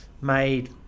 made